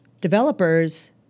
developers